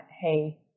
hey